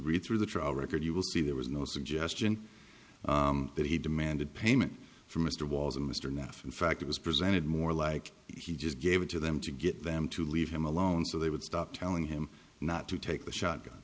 read through the trial record you will see there was no suggestion that he demanded payment from mr walton mr neff in fact it was presented more like he just gave it to them to get them to leave him alone so they would stop telling him not to take the shotgun